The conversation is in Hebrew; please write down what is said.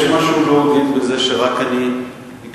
יש משהו לא הוגן בזה שרק אני הקשבתי